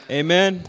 amen